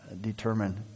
determine